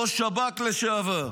ראש שב"כ לשעבר,